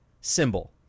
symbol